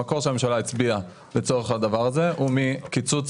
המקור שהממשלה הצביעה עליו לצורך הדבר הזה הוא מקיצוץ